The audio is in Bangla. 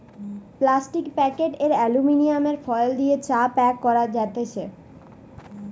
প্লাস্টিক প্যাকেট আর এলুমিনিয়াম ফয়েল দিয়ে চা প্যাক করা যাতেছে